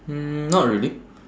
hmm not really